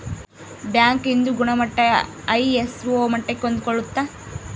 bank ಇಂದು ಗುಣಮಟ್ಟ ISO ಮಟ್ಟಕ್ಕೆ ಹೊಂದ್ಕೊಳ್ಳುತ್ತ